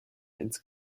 ins